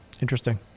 Interesting